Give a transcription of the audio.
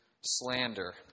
slander